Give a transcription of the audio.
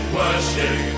worship